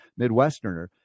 Midwesterner